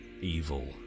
evil